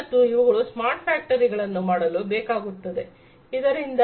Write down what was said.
ಮತ್ತು ಇವುಗಳು ಸ್ಮಾರ್ಟ್ ಫ್ಯಾಕ್ಟರಿಗಳನ್ನು ಮಾಡಲು ಬೇಕಾಗುತ್ತದೆ ಇದರಿಂದಾಗಿ ಇಂಡಸ್ಟ್ರಿ 4